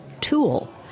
tool